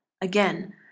Again